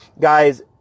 Guys